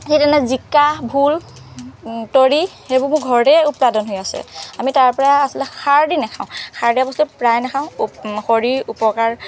সেই তেনে জিকা ভোল তৰি সেইবোৰ মোৰ ঘৰতেই উৎপাদন হৈ আছে আমি তাৰপৰা আচলতে সাৰ দি নাখাওঁ সাৰ দিয়া বস্তু প্ৰায় নাখাওঁ শৰীৰ উপকাৰ